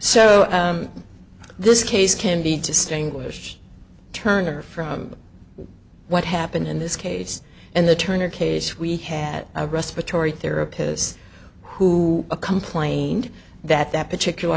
so this case can be distinguished turner from what happened in this case in the turner case we had a respiratory therapist who complained that that particular